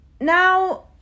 Now